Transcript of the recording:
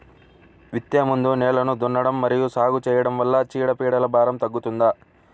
విత్తే ముందు నేలను దున్నడం మరియు సాగు చేయడం వల్ల చీడపీడల భారం తగ్గుతుందా?